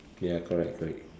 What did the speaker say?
ya correct correct